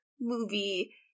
movie